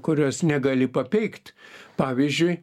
kurios negali pateikt pavyzdžiui